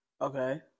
Okay